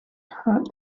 her